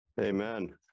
Amen